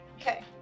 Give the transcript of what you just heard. Okay